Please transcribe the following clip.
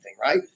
right